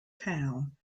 town